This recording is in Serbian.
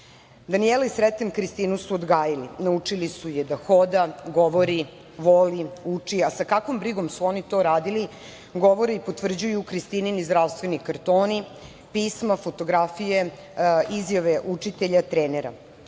i Sreten Kristinu su odgajili. Naučili su je da hoda, govori, voli, uči, a sa kakvom brigom su oni to radili, govori i potvrđuju Kristinini zdravstveni kartoni, pisma, fotografije, izjave učitelja, trenera,